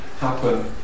happen